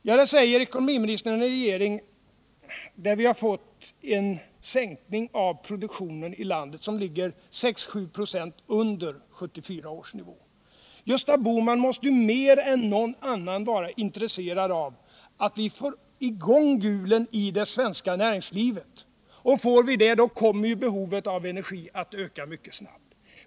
Detta säger ekonomiministern i regeringen när vi har fått en sänkning av produktionen i landet, så att den ligger 6 å 7 ?6 under 1974 års nivå. Gösta Bohman måste mer än någon annan vara intresserad av att vi får i gång hjulen i det svenska näringslivet. Får vi det kommer behovet av energi att öka mycket snabbt.